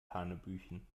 hanebüchen